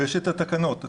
ויש התקנות.